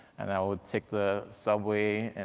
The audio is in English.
and then i would take the subway and,